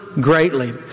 greatly